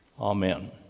amen